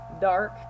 Dark